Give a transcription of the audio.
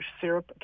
syrup